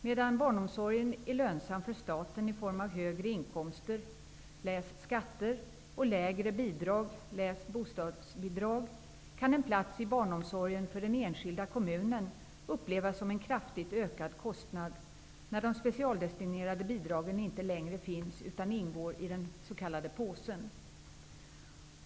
Medan barnomsorgen är lönsam för staten i form av högre inkomster, dvs. skatter, och lägre bidrag, dvs. bostadsbidrag, kan en plats i barnomsorgen för den enskilda kommunen upplevas som en kraftigt ökad kostnad om de specialdestinerade bidragen inte längre finns utan ingår i den s.k. påsen.